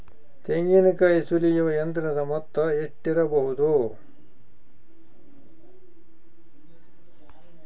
ತೆಂಗಿನಕಾಯಿ ಸುಲಿಯುವ ಯಂತ್ರದ ಮೊತ್ತ ಎಷ್ಟಿರಬಹುದು?